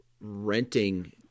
renting